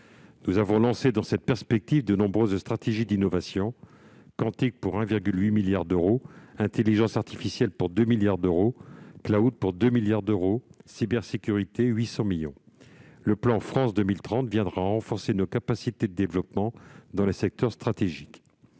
nous avons lancé de nombreuses stratégies d'innovation : quantique pour 1,8 milliard d'euros, intelligence artificielle pour 2 milliards d'euros, pour 2 milliards d'euros et cybersécurité pour 800 millions d'euros. En outre, le plan France 2030 viendra renforcer nos capacités de développement dans les secteurs stratégiques.